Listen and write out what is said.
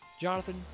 Jonathan